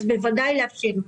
אז בוודאי לאפשר.